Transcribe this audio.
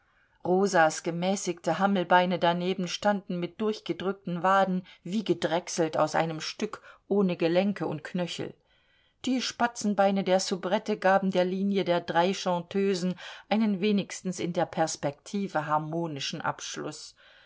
rosas gemäßigte hammelbeine daneben standen mit durchgedrückten waden wie gedrechselt aus einem stück ohne gelenke und knöchel die spatzenbeine der soubrette gaben der linie der drei chanteusen einen wenigstens in der perspektive harmonischen abschluß